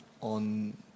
on